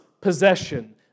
possession